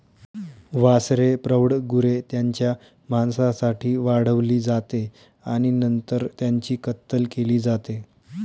वासरे प्रौढ गुरे त्यांच्या मांसासाठी वाढवली जाते आणि नंतर त्यांची कत्तल केली जाते